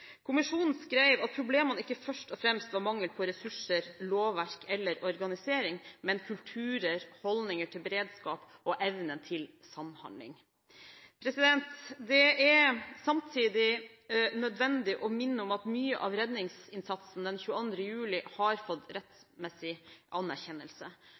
Kommisjonen skrev at problemene ikke først og fremst var mangel på ressurser, lovverk eller organisering, men kulturer, holdninger til beredskap og evnen til samhandling. Det er samtidig nødvendig å minne om at mye av redningsinnsatsen den 22. juli har fått rettmessig anerkjennelse.